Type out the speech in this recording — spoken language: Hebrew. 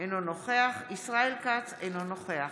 אינו נוכח ישראל כץ, אינו נוכח